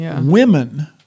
women